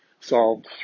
solved